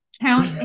count